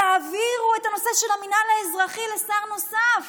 תעבירו את הנושא של המינהל האזרחי לשר נוסף.